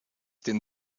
den